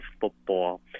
football